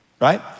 Right